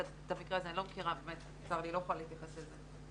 את המקרה הזה אני לא מכירה ואני לא יכולה להתייחס אליו.